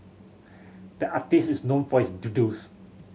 the artist is known for his doodles